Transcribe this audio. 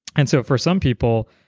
and so for some people,